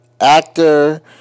actor